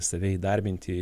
save įdarbinti